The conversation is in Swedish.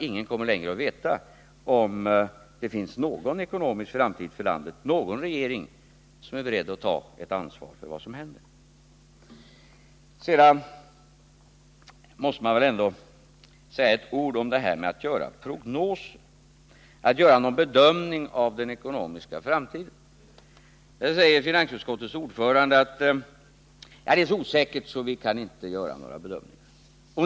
Ingen kommer längre att veta om det finns någon ekonomisk framtid för landet eller någon regering som är beredd att ta ansvar för vad som händer. Sedan måste jag ändå säga några ord om detta att göra prognoser och bedömningar av den ekonomiska framtiden. Finansutskottets ordförande anförde att läget är så osäkert att vi inte kan göra några bedömningar.